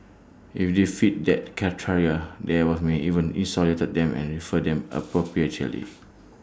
if they fit that criteria then we may even isolate them and refer them appropriately